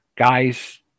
guys